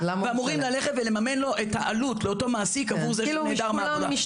ואמורים לממן לאותו מעסיק את העלות עבור זה שהוא נעדר מהעבודה.